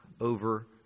over